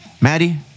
Maddie